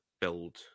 build